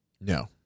No